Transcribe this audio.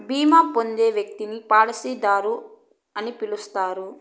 బీమా పొందే వ్యక్తిని పాలసీదారు అని పిలుస్తారు